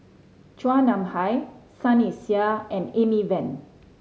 Chua Nam Hai Sunny Sia and Amy Van